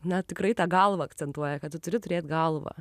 na tikrai tą galvą akcentuoja kad tu turi turėt galvą